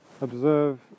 observe